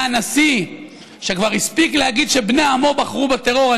והיה נשיא שכבר הספיק להגיד שבני עמו בחרו בטרור.